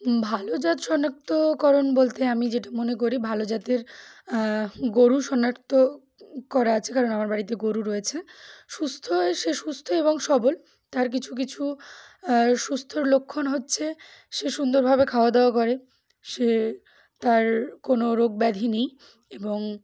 ভালো জাত শনাক্তকরণ বলতে আমি যেটা মনে করি ভালো জাতের গরু শনাক্ত করা আছে কারণ আমার বাড়িতে গরু রয়েছে সুস্থ হয়ে সে সুস্থ এবং সবল তার কিছু কিছু সুস্থর লক্ষণ হচ্ছে সে সুন্দরভাবে খাওয়া দাওয়া করে সে তার কোনো রোগ ব্যাধি নেই এবং